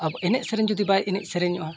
ᱟᱵᱚ ᱮᱱᱮᱡᱼᱥᱮᱨᱮᱧ ᱡᱩᱫᱤ ᱵᱟᱭ ᱮᱱᱮᱡ ᱥᱮᱨᱮᱧᱚᱜᱼᱟ